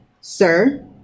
Sir